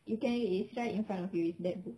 you can read it's right in front of you it's that book